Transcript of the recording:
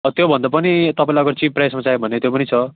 अब त्योभन्दा पनि तपाईँलाई अब चिप प्राइसमा चाहियो भने त्यो पनि छ